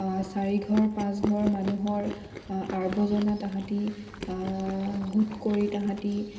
চাৰিঘৰ পাঁচঘৰ মানুহৰ আৱৰ্জনা তাহাঁতি গোট কৰি